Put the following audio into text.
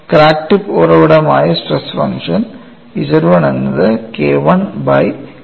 crack ടിപ്പ ഉറവിടമായിസ്ട്രെസ് function Z 1 എന്നത് K I by root 2 pi z naught ആകും